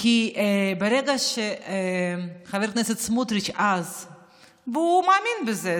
כי ברגע שחבר הכנסת סמוטריץ' והוא מאמין בזה,